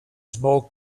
smoke